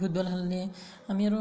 football খেলিলে আমি আৰু